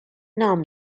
نام